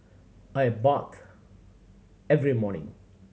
I bathe every morning